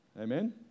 Amen